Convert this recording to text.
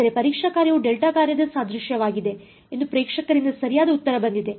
ಆದ್ದರಿಂದ ಪರೀಕ್ಷಾ ಕಾರ್ಯವು ಡೆಲ್ಟಾ ಕಾರ್ಯದ ಸಾದೃಶ್ಯವಾಗಿದೆ ಎಂದು ಪ್ರೇಕ್ಷಕರಿಂದ ಸರಿಯಾದ ಉತ್ತರ ಬಂದಿದೆ